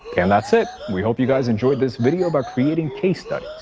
and that's it. we hope you guys enjoyed this video about creating case studies.